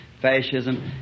fascism